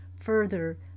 Further